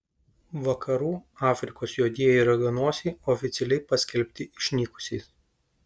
vakarų afrikos juodieji raganosiai oficialiai paskelbti išnykusiais